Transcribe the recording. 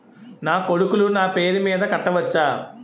నా కొడుకులు నా పేరి మీద కట్ట వచ్చా?